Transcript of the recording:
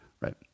right